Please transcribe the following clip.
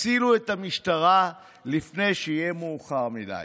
הצילו את המשטרה לפני שיהיה מאוחר מדי".